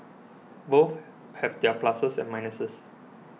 both have their pluses and minuses